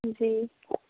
جی